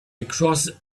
across